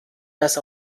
das